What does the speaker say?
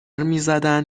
میزدن